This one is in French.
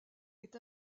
est